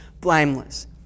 blameless